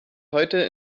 heute